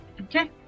Okay